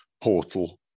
portal